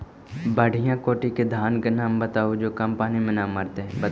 बढ़िया कोटि के धान के नाम बताहु जो कम पानी में न मरतइ?